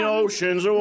oceans